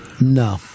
No